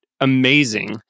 amazing